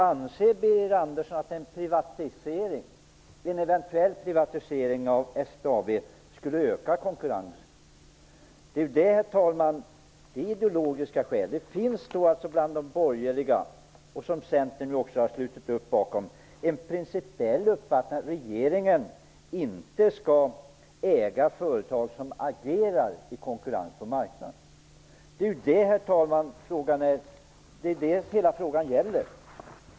Anser Birger Andersson att en eventuell privatisering av SBAB skulle öka konkurrensen? Det är ideologiska skäl till det förslaget, herr talman. Det finns bland de borgerliga en principiell uppfattning att regeringen inte skall äga företag som agerar i konkurrens på marknaden, och den uppfattningen har Centern slutit upp bakom. Det är det hela frågan gäller.